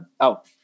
out